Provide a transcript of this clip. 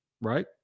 right